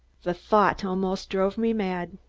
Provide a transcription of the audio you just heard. the thought almost drove me mad.